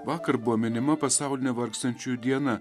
vakar buvo minima pasaulinė vargstančiųjų diena